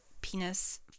penis